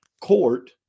court